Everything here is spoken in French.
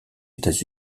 états